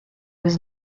was